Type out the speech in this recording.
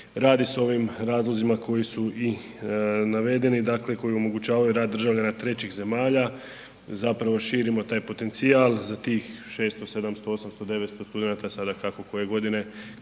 radi s ovim razlozima koji su i navedeni, dakle koji omogućavaju rad državljana trećih zemalja, zapravo širimo taj potencijal za 600, 700, 800, 900 studenata, sada kako koje godine